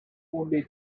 only